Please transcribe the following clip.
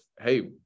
hey